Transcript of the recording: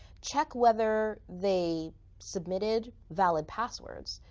check whether they submitted valid passwords.